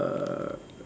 uh